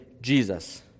Jesus